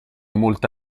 molto